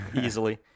easily